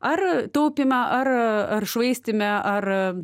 ar taupyme ar ar švaistyme ar